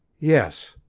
yes,